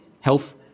health